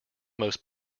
most